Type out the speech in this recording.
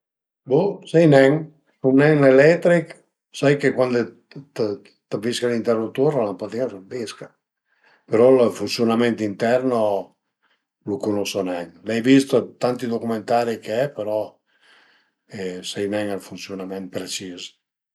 Bo sai nen, sun nen ün eletrich, sai che cuande t'avische l'interutur la lampadina a s'avisca però ël funsiunament interno lu cunosu nen, l'ai vist tanti documentari che però sai nen ël funsiunament precis